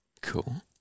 Cool